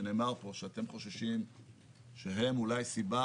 שנאמר פה שאתם חוששים שהם אולי הסיבה